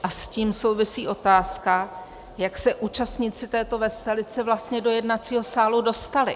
A s tím souvisí otázka, jak se účastníci této veselice vlastně do jednacího sálu dostali.